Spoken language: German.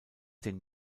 den